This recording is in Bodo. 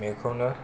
बेखौनो